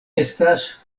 estas